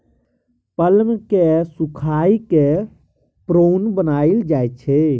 plum केँ सुखाए कए प्रुन बनाएल जाइ छै